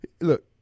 Look